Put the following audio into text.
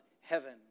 Heaven